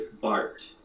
Bart